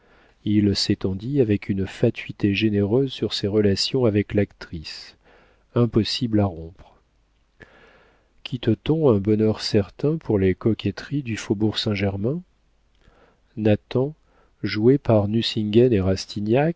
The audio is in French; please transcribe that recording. il s'étendit avec une fatuité généreuse sur ses relations avec l'actrice impossibles à rompre quitte t on un bonheur certain pour les coquetteries du faubourg saint-germain nathan joué par